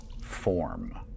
form